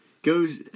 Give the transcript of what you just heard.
Goes